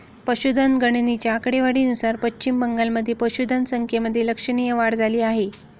पशुधन गणनेच्या आकडेवारीनुसार पश्चिम बंगालमध्ये पशुधन संख्येमध्ये लक्षणीय वाढ झाली आहे